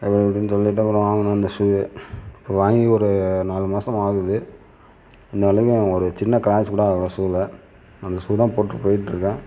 அப்படி இப்படின்னு சொல்லிட்டு அப்புறம் வாங்கினோம் அந்த ஷூவே இப்போ வாங்கி ஒரு நாலு மாதம் ஆகுது இன்னம் வரைலயும் ஒரு சின்ன க்ராட்ச் கூட ஆகலை ஷூவில் அந்த ஷூ தான் போட்டுட்டு போயிகிட்ருக்கேன்